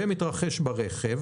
ומתרחש ברכב,